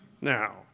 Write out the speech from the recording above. Now